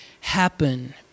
happen